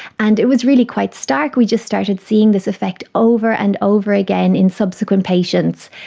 and it was really quite stark, we just started seeing this effect over and over again in subsequent patients,